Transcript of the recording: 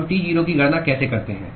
हम T0 की गणना कैसे करते हैं